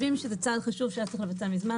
צעד חשוב שהיה צריך לבצע מזמן.